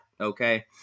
okay